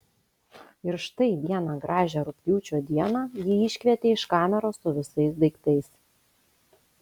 ir štai vieną gražią rugpjūčio dieną jį iškvietė iš kameros su visais daiktais